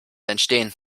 entstehen